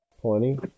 Twenty